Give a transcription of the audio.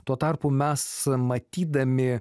tuo tarpu mes matydami